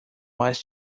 was